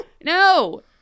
No